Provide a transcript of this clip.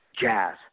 jazz